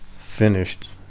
finished